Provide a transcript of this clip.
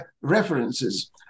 references